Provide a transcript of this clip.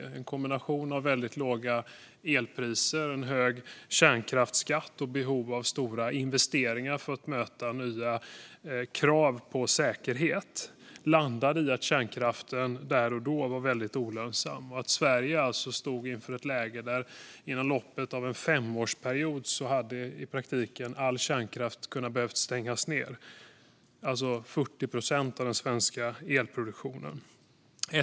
Det var en kombination av väldigt låga elpriser, en hög kärnkraftsskatt och behov av stora investeringar för att möta nya krav på säkerhet som landade i att kärnkraften där och då var väldigt olönsam. Sverige stod inför ett läge där all kärnkraft inom loppet av en femårsperiod i praktiken hade behövt stängas ned. Det handlade om 40 procent av den svenska elproduktionen.